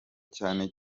cyane